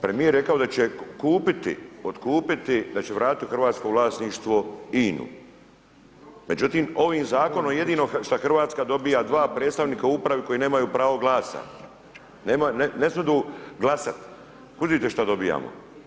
Premijer je rekao da će kupiti, odkupiti, da će vratit u hrvatsko vlasništvo INA-u, međutim ovim Zakonom jedino šta Hrvatska dobija dva predstavnika u Upravi koji nemaju pravo glasa, nemaju, ne smidu glasat, ... šta dobijamo?